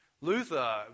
Luther